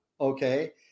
okay